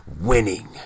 Winning